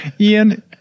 Ian